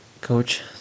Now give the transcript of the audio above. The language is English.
Coach